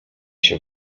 się